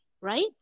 right